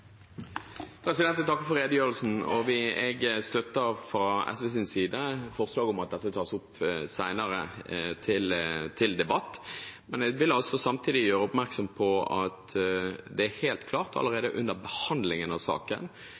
Jeg takker for redegjørelsen. Jeg støtter, fra SVs side, forslaget om at dette tas opp til debatt senere, men jeg vil samtidig gjøre oppmerksom på at det ble gjort klart fra ministeren allerede under behandlingen av saken,